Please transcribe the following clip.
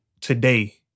today